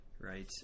right